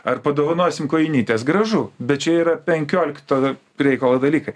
ar padovanosim kojinytes gražu bet čia yra penkiolikto reikalo dalykai